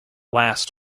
last